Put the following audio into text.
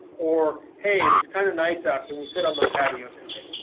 or, hey, and it's kind of nice out. can we sit on the patio tonight?